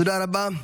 תודה רבה.